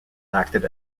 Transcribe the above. acted